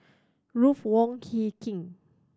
Ruth Wong Hie King